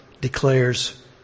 declares